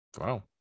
Wow